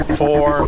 four